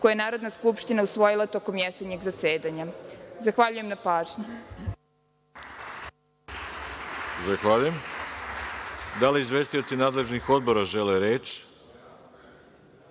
koji je Narodna skupština usvojila tokom jesenjeg zasedanja. Zahvaljujem na pažnji. **Veroljub Arsić** Zahvaljujem. Da li izvestioci nadležnih odbora žele reč? Reč